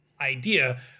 idea